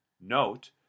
Note